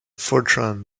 fortran